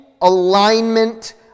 alignment